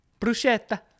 Bruschetta